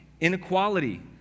inequality